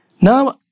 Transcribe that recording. Now